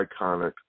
iconic